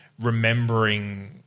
remembering